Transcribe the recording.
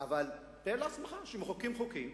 אבל תאר לעצמך שמחוקקים חוקים